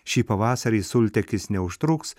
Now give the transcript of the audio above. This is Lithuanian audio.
šį pavasarį sultekis neužtruks